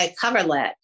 coverlet